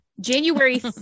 January